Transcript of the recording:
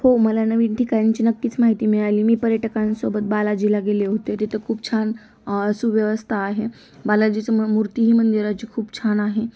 हो मला नवीन ठिकाणची नक्कीच माहिती मिळाली मी पर्यटकांसोबत बालाजीला गेले होते तिथं खूप छान सुव्यवस्था आहे बालाजीचं म मूर्ती ह मंदिराची खूप छान आहे